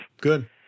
Good